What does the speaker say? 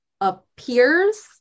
appears